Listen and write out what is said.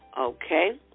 Okay